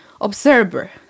observer